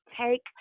take